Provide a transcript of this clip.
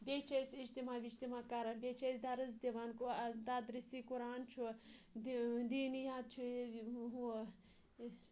بیٚیہِ چھِ أسۍ اِجتِما وِجتِما کَران بیٚیہِ چھِ أسۍ دَرٕس دِوان تدَرِسی قُۄرآن چھُ د دیٖنِات چھُ